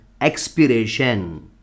Expiration